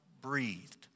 breathed